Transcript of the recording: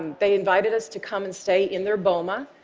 and they invited us to come and stay in their boma.